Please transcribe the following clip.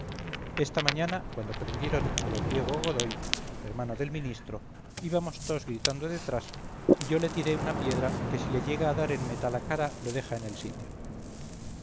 esta mañana cuando prendieron a d diego godoy hermano del ministro íbamos toos gritando detrás y yo le tiré una piedra que si le llega a dar en metá la cara lo deja en el sitio